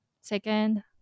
second